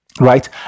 right